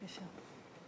בבקשה.